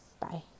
Bye